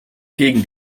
gegen